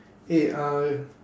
eh uh